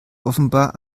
offenbar